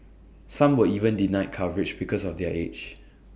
some were even denied coverage because of their age